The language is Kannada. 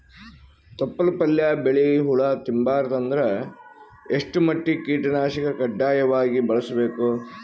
ತೊಪ್ಲ ಪಲ್ಯ ಬೆಳಿ ಹುಳ ತಿಂಬಾರದ ಅಂದ್ರ ಎಷ್ಟ ಮಟ್ಟಿಗ ಕೀಟನಾಶಕ ಕಡ್ಡಾಯವಾಗಿ ಬಳಸಬೇಕು?